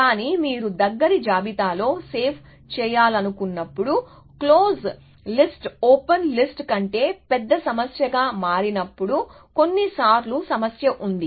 కానీ మీరు దగ్గరి జాబితాలో సేవ్ చేయాలను కున్నప్పుడు క్లోజ్ లిస్ట్ ఓపెన్ లిస్ట్ కంటే పెద్ద సమస్యగా మారినప్పుడు కొన్నిసార్లు సమస్య ఉంది